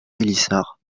pélissard